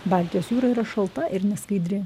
baltijos jūra yra šalta ir neskaidri